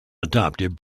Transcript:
adopted